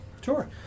Sure